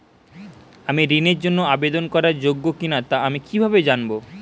আমি ঋণের জন্য আবেদন করার যোগ্য কিনা তা আমি কীভাবে জানব?